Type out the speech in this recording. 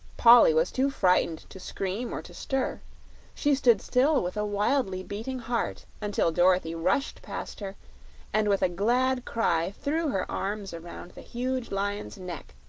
polly was too frightened to scream or to stir she stood still with a wildly beating heart until dorothy rushed past her and with a glad cry threw her arms around the huge lion's neck,